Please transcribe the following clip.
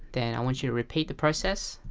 then i want you to repeat the process.